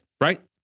right